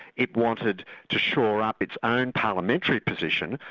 it wanted to shore up its own parliamentary position,